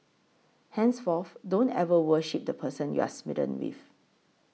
henceforth don't ever worship the person you're smitten with